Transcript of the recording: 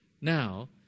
Now